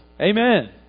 Amen